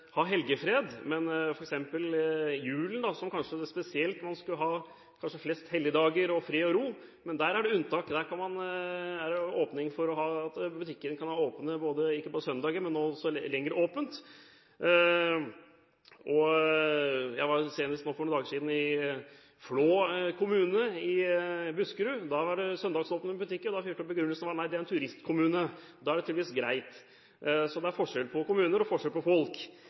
ha helgefred? I julen, f.eks., hvor man kanskje spesielt skulle hatt flest helligdager og fred og ro, er det unntak, da er det åpning for at butikkene kan ha åpent på søndager, og også ha lenger åpent. Jeg var for noen dager siden i Flå kommune i Buskerud. Der var det søndagsåpne butikker, og da fikk jeg vite at begrunnelsen var at det er en turistkommune. Da er det tydeligvis greit. Så det er forskjell på kommuner, og forskjell på folk.